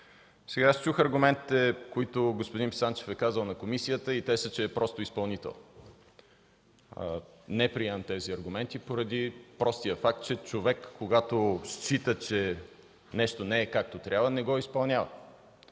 свобода. Чух аргументите, които господин Писанчев е казал на комисията, и те са, че е просто изпълнител. Не приемам тези аргументи поради простия факт, че когато човек счита, че нещо не е както трябва, не го изпълнява.